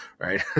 right